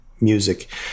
Music